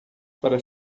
para